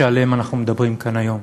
ועליהם אנחנו מדברים כאן היום.